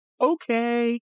Okay